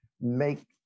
make